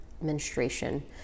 menstruation